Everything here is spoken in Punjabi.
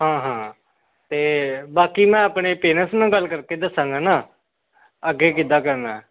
ਹਾਂ ਹਾਂ ਅਤੇ ਬਾਕੀ ਮੈਂ ਆਪਣੇ ਪੇਰੇਂਟਸ ਨਾਲ ਗੱਲ ਕਰ ਕੇ ਦੱਸਾਂਗਾ ਨਾ ਅੱਗੇ ਕਿੱਦਾਂ ਕਰਨਾ